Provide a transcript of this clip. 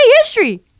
history